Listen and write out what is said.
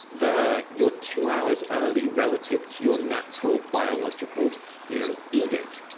there, you're two hours early relative to your natural, biological you know edict.